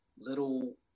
little